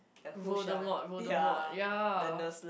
Voldemort Voldemort ya